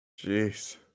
Jeez